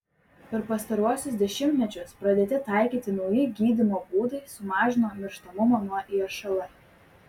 per pastaruosius dešimtmečius pradėti taikyti nauji gydymo būdai sumažino mirštamumą nuo išl